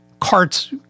carts